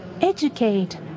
educate